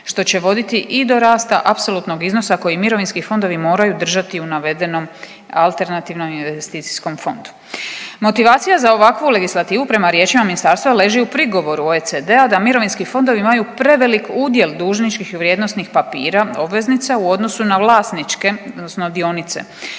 što će voditi i do rasta apsolutnog iznosa koji mirovinski fondovi moraju držati u navedenom alternativnom investicijskom fondu. Motivacija za ovakvu legislativu prema riječima ministarstva leži u prigovoru OECD-a da mirovinski fondovi imaju prevelik udjel dužničkih i vrijednosnih papira, obveznica u odnosu na vlasničke, odnosno dionice.